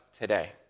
today